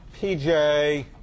PJ